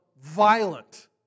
violent